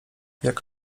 jak